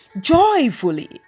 joyfully